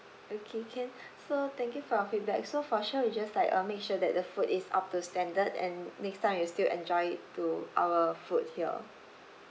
okay can so thank you for your feedback so for sure we'll just like uh make sure that the food is up to standard and next time you still enjoy it to our food here